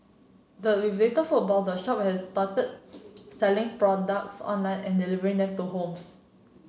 but with little footfall the shop has started selling products online and delivering them to homes